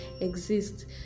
exist